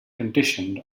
conditioned